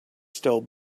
still